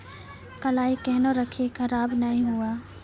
कलाई केहनो रखिए की खराब नहीं हुआ?